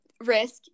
Risk